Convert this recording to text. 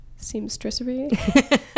seamstressery